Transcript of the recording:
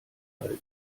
halten